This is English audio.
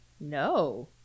No